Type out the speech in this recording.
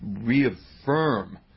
reaffirm